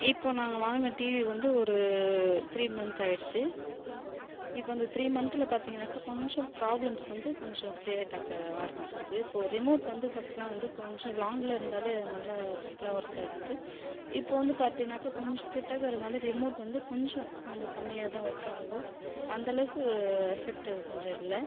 இப்போ நாங்கள் வாங்கின டிவி வந்து ஒரு த்ரீ மன்த் ஆகிடுச்சு இப்போ அந்த த்ரீ மன்த்தில் பார்த்தீங்கனாக்கா கொஞ்சம் ப்ராப்ளம்ஸ் வந்து கொஞ்சம் கிரியேட்டாக ஆரமிச்சுருக்கு இப்போது ரிமோட் வந்து ஃபர்ஸ்டெலாம் வந்து கொஞ்சம் லாங்கில் இருந்தாலே நல்லா சூப்பராக ஒர்க்காயிருந்தது இப்போது வந்து பார்த்தீங்கனாக்கா கொஞ்சம் கிட்டக்க இருந்தாலே ரிமோட் வந்து கொஞ்சம் கொஞ்சம் கம்மியாகதான் ஒர்க்காகுது அந்தளவுக்கு எஃபெக்ட் கொஞ்சம் இல்லை